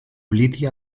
ulithi